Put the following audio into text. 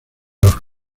los